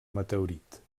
meteorit